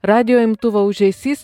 radijo imtuvo ūžesys